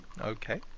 Okay